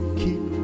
keep